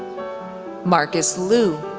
marcus loo,